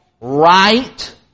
right